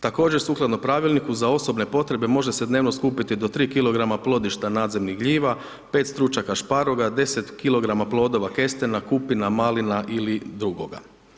Također sukladno pravilniku, za osobne potrebe može se dnevno skupiti do 3 kg plodišta nadzemnih gljiva, 5 stručaka šparoga, 10 kg plodova kestena, kupina, malina ili drugoga.